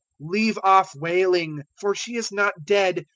leave off wailing for she is not dead,